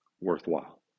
worthwhile